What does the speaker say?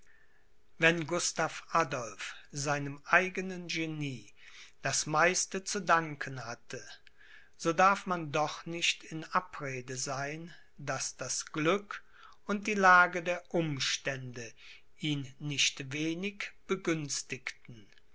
wenn gustav adolph seinem eigenen genie das meiste zu danken hatte so darf man doch nicht in abrede sein daß das glück und die lage der umstände ihn nicht wenig begünstigten